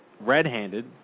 red-handed